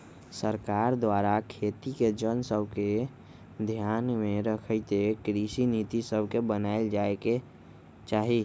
सरकार द्वारा खेती के जन सभके ध्यान में रखइते कृषि नीति सभके बनाएल जाय के चाही